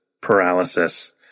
paralysis